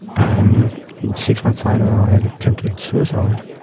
and six months later i attempted suicide.